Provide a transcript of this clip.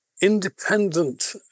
independent